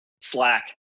Slack